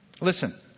Listen